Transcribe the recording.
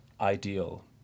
ideal